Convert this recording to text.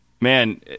man